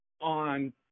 on